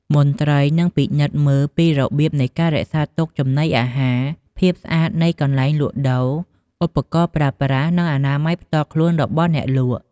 មន្ត្រីនឹងពិនិត្យមើលពីរបៀបនៃការរក្សាទុកចំណីអាហារ ភាពស្អាតនៃកន្លែងលក់ដូរ ឧបករណ៍ប្រើប្រាស់ និងអនាម័យផ្ទាល់ខ្លួនរបស់អ្នកលក់។